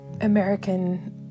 American